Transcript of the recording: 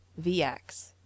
VX